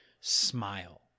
smile